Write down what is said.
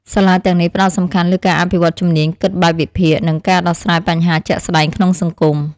សាលាទាំងនេះផ្ដោតសំខាន់លើការអភិវឌ្ឍជំនាញគិតបែបវិភាគនិងការដោះស្រាយបញ្ហាជាក់ស្តែងក្នុងសង្គម។